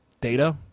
data